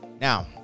now